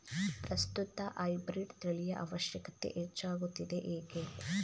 ಪ್ರಸ್ತುತ ಹೈಬ್ರೀಡ್ ತಳಿಯ ಅವಶ್ಯಕತೆ ಹೆಚ್ಚಾಗುತ್ತಿದೆ ಏಕೆ?